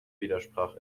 widersprach